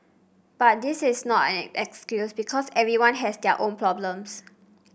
but this is not an excuse because everyone has their own problems